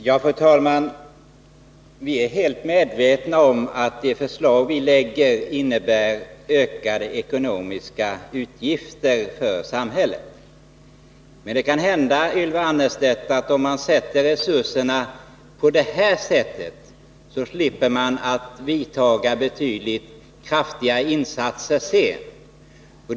Fru talman! Vi är helt medvetna om att det förslag vi lägger fram innebär ökade utgifter för samhället. Men det kan hända, Ylva Annerstedt, att om man ger resurserna på detta sätt så slipper man göra betydligt kraftigare insatser sedan.